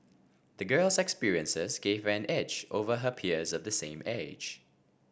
the girl's experiences gave her an edge over her peers of the same age